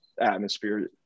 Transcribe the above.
atmosphere